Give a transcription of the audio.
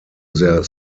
their